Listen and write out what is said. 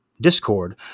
discord